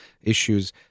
issues